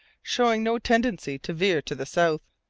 showing no tendency to veer to the south.